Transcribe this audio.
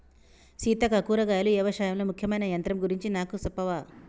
సీతక్క కూరగాయలు యవశాయంలో ముఖ్యమైన యంత్రం గురించి నాకు సెప్పవా